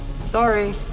Sorry